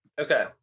Okay